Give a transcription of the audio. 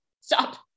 stop